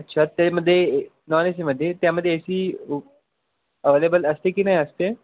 अच्छा त्यामध्ये non A सीमध्ये त्यामध्ये ए सी उ अवलेबल असते की नाही असते